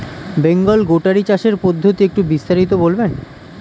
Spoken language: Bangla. বেঙ্গল গোটারি চাষের পদ্ধতি একটু বিস্তারিত বলবেন?